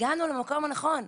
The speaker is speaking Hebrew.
שהגענו למקום הנכון,